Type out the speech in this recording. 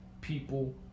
people